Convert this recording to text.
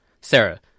Sarah